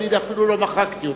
אפילו לא מחקתי אותך.